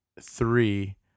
three